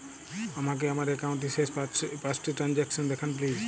আমাকে আমার একাউন্টের শেষ পাঁচটি ট্রানজ্যাকসন দেখান প্লিজ